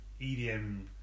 EDM